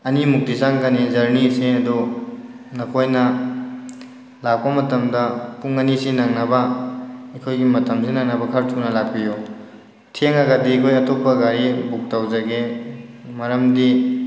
ꯑꯅꯤꯃꯨꯛꯇꯤ ꯆꯪꯒꯅꯤ ꯖꯔꯅꯤꯁꯦ ꯑꯗꯣ ꯅꯈꯣꯏꯅ ꯂꯥꯛꯄ ꯃꯇꯝꯗ ꯄꯨꯡ ꯑꯅꯤꯁꯤ ꯅꯪꯅꯕ ꯑꯩꯈꯣꯏꯒꯤ ꯃꯇꯝꯁꯤ ꯅꯪꯅꯕ ꯈꯔ ꯊꯨꯅ ꯂꯥꯛꯄꯤꯌꯨ ꯊꯦꯡꯉꯒꯗꯤ ꯑꯩꯈꯣꯏ ꯑꯇꯣꯞꯄ ꯒꯥꯔꯤ ꯕꯨꯛ ꯇꯧꯖꯒꯦ ꯃꯔꯝꯗꯤ